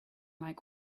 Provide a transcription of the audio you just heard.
like